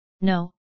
No